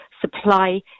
supply